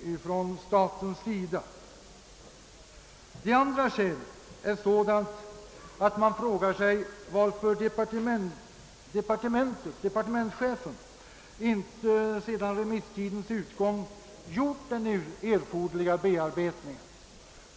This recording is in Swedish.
lämnas från statens sida. Beträffande det andra skälet har man anledning fråga varför departementschefen inte sedan remisstidens utgång gjort den erforderliga bearbetningen.